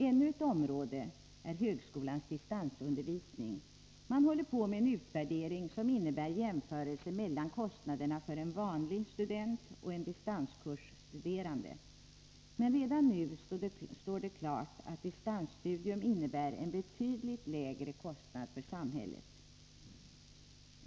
Ännu ett område är högskolans distansundervisning. Man håller på med en utvärdering som innebär jämförelse mellan kostnaderna för en ”vanlig” student och en distanskursstuderande, men redan nu står det klart att distansstudium innebär en betydligt lägre kostnad för samhället.